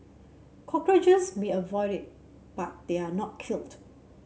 cockroaches may avoid it but they are not killed